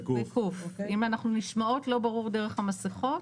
אם אנחנו נשמעות לא ברור דרך המסכות,